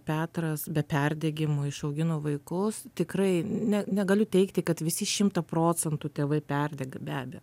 petras be perdegimo išaugino vaikus tikrai ne negaliu teigti kad visi šimtą procentų tėvai perdega be abejo